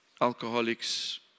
alcoholics